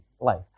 life